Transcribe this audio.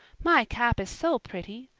my cap is so pretty.